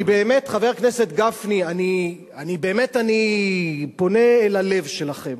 חבר הכנסת גפני, אני באמת פונה אל הלב שלכם.